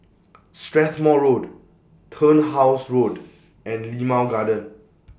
Strathmore Road Turnhouse Road and Limau Garden